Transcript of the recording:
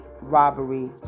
robbery